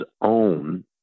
own